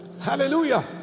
Hallelujah